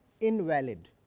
invalid